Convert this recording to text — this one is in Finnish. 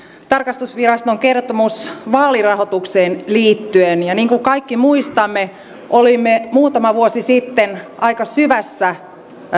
tarkastusviraston kertomus vaalirahoitukseen liittyen ja niin kuin kaikki muistamme olimme muutama vuosi sitten aika syvässä